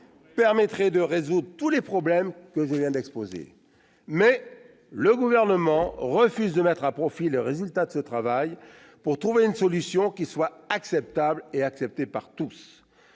permettrait de résoudre tous les problèmes exposés à l'instant. Mais le Gouvernement refuse de mettre à profit les résultats de ce travail pour trouver une solution qui soit acceptable et acceptée par tous.